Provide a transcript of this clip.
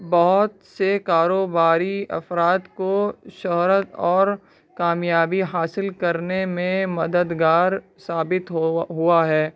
بہت سے کاروباری افراد کو شہرت اور کامیابی حاصل کرنے میں مددگار ثابت ہوا ہے